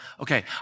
okay